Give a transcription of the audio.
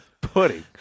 Pudding